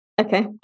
Okay